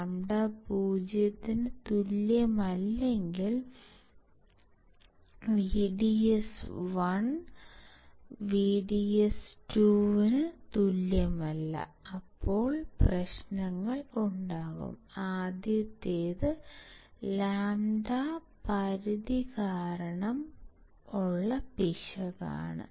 λ 0 ന് തുല്യമല്ലെങ്കിൽ VDS1 VDS2 ന് തുല്യമല്ല അപ്പോൾ പ്രശ്നങ്ങൾ ഉണ്ടാകും ആദ്യത്തേത് λ പരിധി കാരണം പിശകാണ്